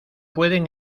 pueden